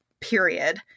period